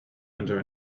under